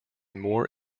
more